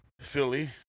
Philly